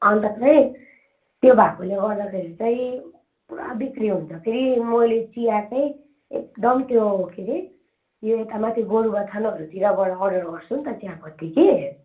अन्त चाहिँ त्यो भएकोले गर्दाखेरि चाहिँ पुरा बिक्री हुन्छ फेरि मैले चिया चाहिँ एकदम त्यो के अरे यहाँ यता माथि गोरुबथानहरूतिरबाट अर्डर गर्छु नि त चियापत्ती कि